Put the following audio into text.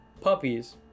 puppies